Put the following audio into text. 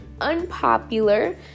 unpopular